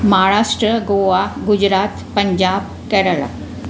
Maharashtra Goa Gujarat Punjab Kerala